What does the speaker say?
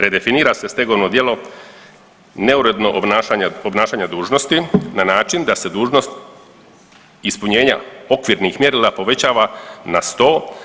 Redefinira se stegovno djelo neurednog obnašanja dužnosti na način da se dužnost ispunjenja okvirnih mjerila povećava na 100.